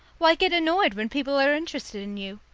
why get annoyed when people are interested in you?